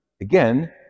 Again